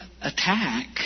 attack